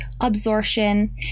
absorption